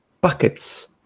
buckets